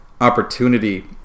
opportunity